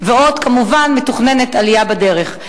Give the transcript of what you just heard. ועוד, כמובן, מתוכננת עלייה בדרך.